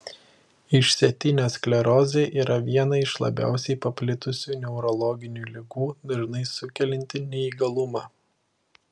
išsėtinė sklerozė yra viena iš labiausiai paplitusių neurologinių ligų dažnai sukelianti neįgalumą